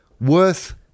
Worth